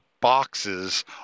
boxes